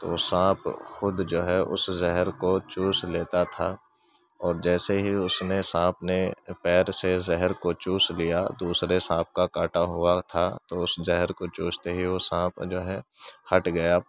تو سانپ خود جو ہے اس زہر کو چوس لیتا تھا اور جیسے ہی اس نے سانپ نے پیر سے زہر کو چوس لیا دوسرے ساںپ کا کاٹا ہوا تھا تو اس زہر کو چوستے ہی وہ سانپ جو ہے ہٹ گیا